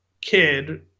kid